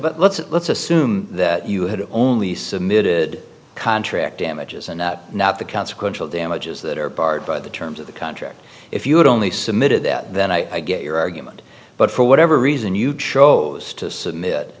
but let's let's assume that you had only submitted contract damages and that not the consequential damages that are barred by the terms of the contract if you would only submitted that then i get your argument but for whatever reason you chose to submit